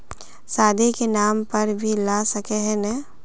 शादी के नाम पर भी ला सके है नय?